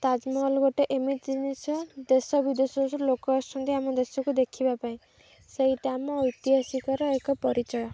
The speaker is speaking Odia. ତାଜମହଲ ଗୋଟେ ଏମିତି ଜିନିଷ ଦେଶ ବିଦେଶ ଯେଉଁ ଲୋକ ଆସିଛନ୍ତି ଆମ ଦେଶକୁ ଦେଖିବା ପାଇଁ ସେଇଟା ଆମ ଐତିହାସିକର ଏକ ପରିଚୟ